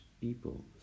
people